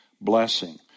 blessing